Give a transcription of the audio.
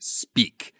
speak